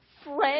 friend